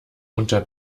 unter